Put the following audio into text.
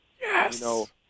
Yes